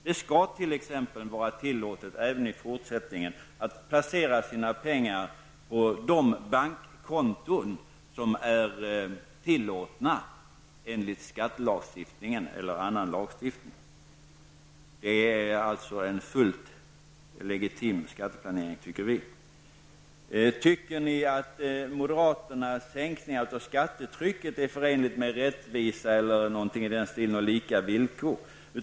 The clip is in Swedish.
Det skall t.ex. vara tillåtet även i fortsättningen att placera sina pengar på de bankkonton som är tillåtna enligt skattelagstiftning eller annan lagstiftning. Vi tycker att det är en fullt legitim skatteplanering. Anita Johansson frågade också om vi tycker att moderaternas förslag om en sänkning av skattetrycket är förenligt med rättvisa och lika villkor.